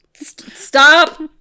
Stop